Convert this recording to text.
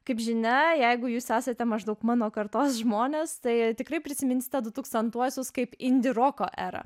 kaip žinia jeigu jūs esate maždaug mano kartos žmonės tai tikrai prisiminsite dutūkstantuosius kaip indi roko erą